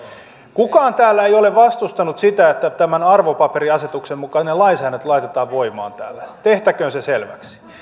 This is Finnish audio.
kukaan täällä ei ole vastustanut sitä että tämän arvopaperiasetuksen mukainen lainsäädäntö laitetaan voimaan täällä tehtäköön se selväksi